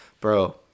bro